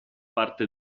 parte